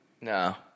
No